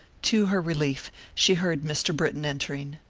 to her relief, she heard mr. britton entering.